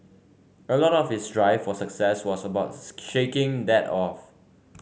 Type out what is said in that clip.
a lot of his drive for success was about shaking that off